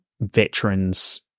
Veterans